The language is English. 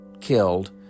killed